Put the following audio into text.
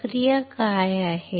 प्रक्रिया काय आहेत